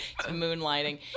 Moonlighting